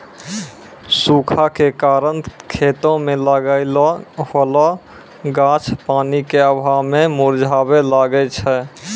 सूखा के कारण खेतो मे लागलो होलो गाछ पानी के अभाव मे मुरझाबै लागै छै